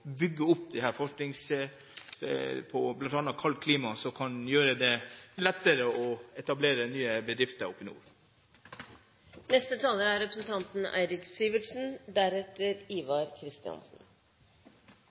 bygge opp forskning på bl.a. kaldt klima, som kan gjøre det lettere å etablere nye bedrifter i nord. I likhet med Nord-Norge er